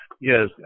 Yes